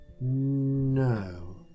No